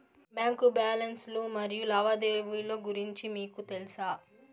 Bank balance లు మరియు లావాదేవీలు గురించి మీకు తెల్సా?